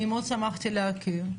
אני מאוד שמחתי להכיר,